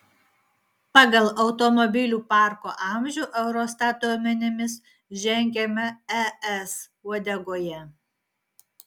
pagal automobilių parko amžių eurostat duomenimis žengiame es uodegoje